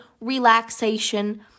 relaxation